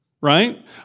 right